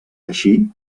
així